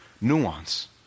nuance